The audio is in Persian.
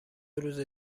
روزه